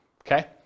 Okay